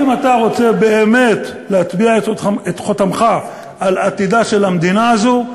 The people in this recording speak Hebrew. אם אתה רוצה באמת להטביע את חותמך על עתידה של המדינה הזאת,